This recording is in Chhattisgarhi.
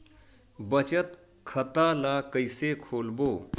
बचत खता ल कइसे खोलबों?